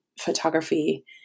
photography